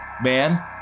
Man